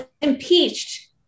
impeached